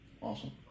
Awesome